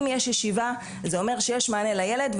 אם יש ישיבה זה אומר שיש מענה לילד,